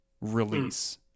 release